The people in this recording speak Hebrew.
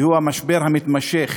וזה המשבר המתמשך